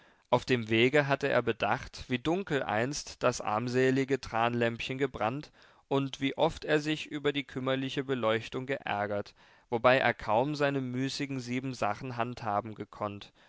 auf dem wege hatte er bedacht wie dunkel einst das armselige tranlämpchen gebrannt und wie oft er sich über die kümmerliche beleuchtung geärgert wobei er kaum seine müßigen siebensachen handhaben gekonnt